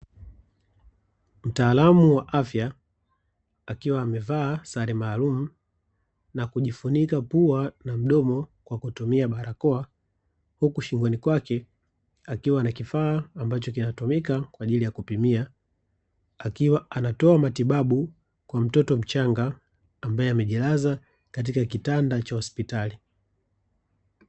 Mtaalamu wa afya akiwa amevaa sare maalumu na kujifunika pua na mdomo kwa kutumia barakoa huku shingoni kwake akiwa na kifaa ambacho kinatumika kwa ajili ya kupimia, akiwa anatoa matibabu kwa mtoto mchanga ambaye amejilaza katika kitanda cha hospitali.